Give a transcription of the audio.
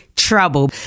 Trouble